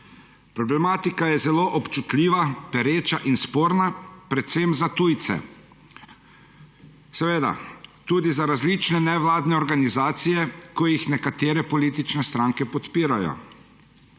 Problematika je zelo občutljiva, pereča in sporna, predvsem za tujce. Seveda tudi za različne nevladne organizacije, ki jih nekatere politične stranke podpirajo.